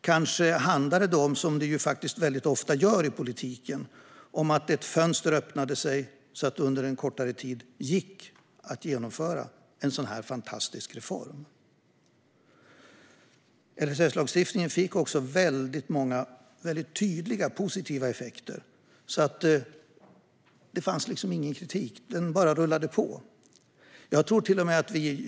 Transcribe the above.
Kanske handlade det, som det ofta gör i politiken, om att ett fönster öppnade sig så att det under en kortare tid gick att genomföra en sådan fantastisk reform. LSS-lagstiftningen fick väldigt många tydliga positiva effekter. Det fanns ingen kritik, utan det hela rullade bara på.